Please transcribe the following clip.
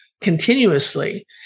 continuously